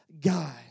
God